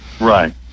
Right